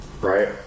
Right